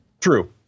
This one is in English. True